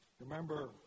Remember